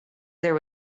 there